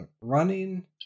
running